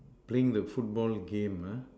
playing the football game uh